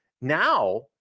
now